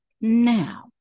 now